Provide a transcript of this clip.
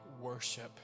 worship